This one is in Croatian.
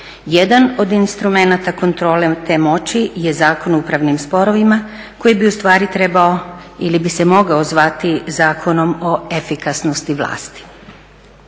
Jedan od instrumenata kontrole te moći je Zakon o upravnim sporovima koji bi u stvari trebao ili bi se mogao zvati Zakon o efikasnosti vlasti.